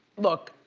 look,